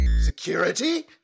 Security